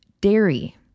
dairy